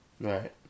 Right